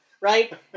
Right